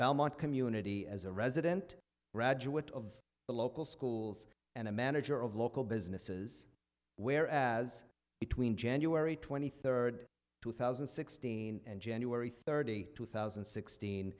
belmont community as a resident graduate of the local schools and a manager of local businesses where as between january twenty third two thousand and sixteen and january thirty two thousand and sixteen